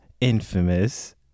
infamous